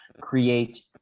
create